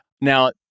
Now